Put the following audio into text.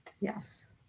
Yes